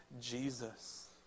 Jesus